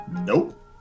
Nope